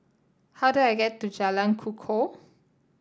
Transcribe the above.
how do I get to Jalan Kukoh